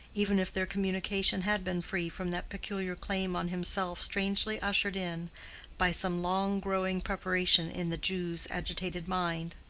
even if their communication had been free from that peculiar claim on himself strangely ushered in by some long-growing preparation in the jew's agitated mind.